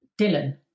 Dylan